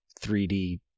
3D